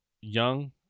young